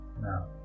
now